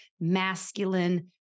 masculine